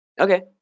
Okay